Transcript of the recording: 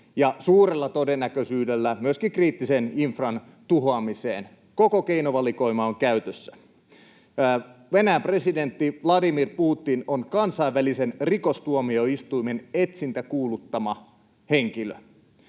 ja suurella todennäköisyydellä myöskin kriittisen infran tuhoamiseen. Koko keinovalikoima on käytössä. Venäjän presidentti Vladimir Putin on kansainvälisen rikostuomioistuimen etsintäkuuluttama henkilö.